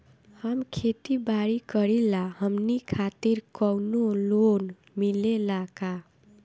हम खेती बारी करिला हमनि खातिर कउनो लोन मिले ला का?